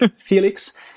felix